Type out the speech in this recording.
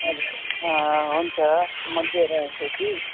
हजुर हुन्छ म लिएर आउँछु कि